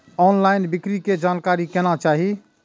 Online बिक्री के जानकारी केना चाही?